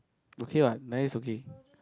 okay [what] then is okay